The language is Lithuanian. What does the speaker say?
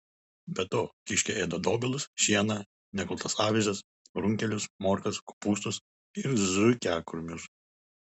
be to kiškiai ėda dobilus šieną nekultas avižas runkelius morkas kopūstus ir zuikiakrūmius